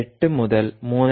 8 മുതൽ 3